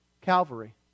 Calvary